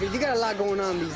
you got a lot going on these